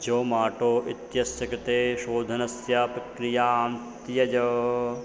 जोमाटो इत्यस्य कृते शोधनस्य प्रक्रियान्त्यज